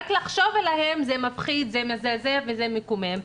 רק לחשוב עליהם זה מפחיד, זה מזעזע וזה מקומם.